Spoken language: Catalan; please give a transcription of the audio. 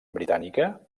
britànica